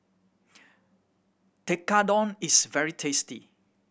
tekkadon is very tasty